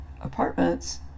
apartments